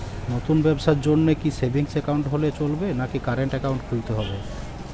নতুন ব্যবসার জন্যে কি সেভিংস একাউন্ট হলে চলবে নাকি কারেন্ট একাউন্ট খুলতে হবে?